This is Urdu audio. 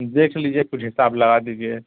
دیکھ لیجیے کچھ حساب لگا دیجیے